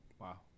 Wow